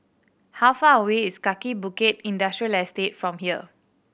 how far away is Kaki Bukit Industrial Estate from here